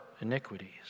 iniquities